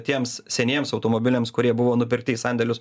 tiems seniems automobiliams kurie buvo nupirkti į sandėlius